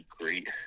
great